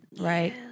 Right